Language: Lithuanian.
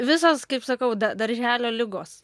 visos kaip sakau da darželio ligos